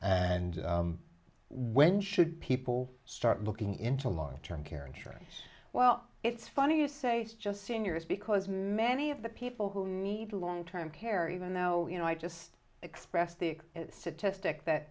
and when should people start looking into long term care insurance well it's funny you say just seniors because many of the people who need long term care even though you know i just expressed the statistic that